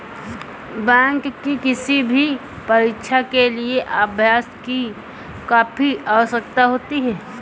bank की किसी भी परीक्षा के लिए अभ्यास की काफी आवश्यकता होती है